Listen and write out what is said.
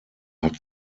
hat